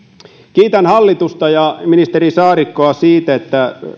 kiitän hallitusta ja ministeri saarikkoa siitä että